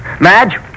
Madge